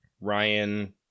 Ryan